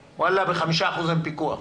בחמישה אחוזים אין פיקוח.